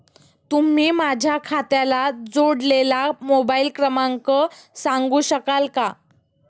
तुम्ही माझ्या खात्याला जोडलेला मोबाइल क्रमांक सांगू शकाल का?